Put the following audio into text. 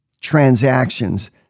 transactions